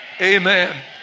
Amen